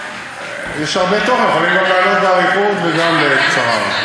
יש הרבה תוכן, יכולים גם לענות באריכות וגם בקצרה.